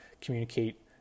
communicate